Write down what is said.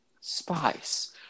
spice